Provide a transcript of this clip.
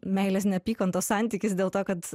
meilės neapykantos santykis dėl to kad